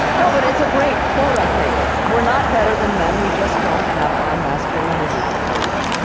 no, but it's a great quote, i think. we're not better than men, we just don't have our masculinity to prove.